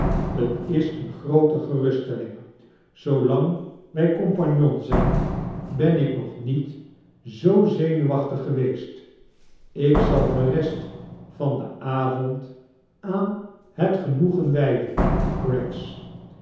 t is eene gmoote geiraststelldng zoolang wij compagnon zijn ben ik nog niet zoo zenuwaahtig geweest ik zal de nest van den avond aan het genoegen wijden craggs